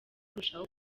kurushaho